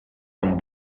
con